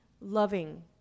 Loving